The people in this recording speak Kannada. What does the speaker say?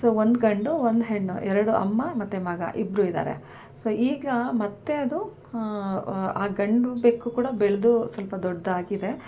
ಸೊ ಒಂದು ಗಂಡು ಒಂದು ಹೆಣ್ಣು ಎರಡು ಅಮ್ಮ ಮತ್ತು ಮಗ ಇಬ್ಬರು ಇದ್ದಾರೆ ಸೊ ಈಗ ಮತ್ತು ಅದು ಆ ಗಂಡು ಬೆಕ್ಕು ಕೂಡ ಬೆಳೆದು ಸ್ವಲ್ಪ ದೊಡ್ಡದಾಗಿದೆ